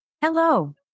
Hello